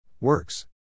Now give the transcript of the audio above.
Works